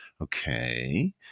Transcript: Okay